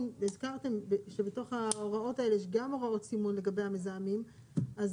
והזכרתם שבתוך ההוראות האלה יש גם הוראות סימון לגבי המזהמים אז